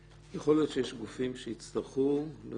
יכול להיות שיש גופים שיצטרכו מה